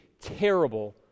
terrible